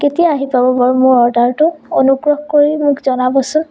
কেতিয়া আহি পাব বাৰু মোৰ অৰ্ডাৰটো অনুগ্ৰহ কৰি মোক জনাবচোন